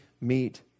meet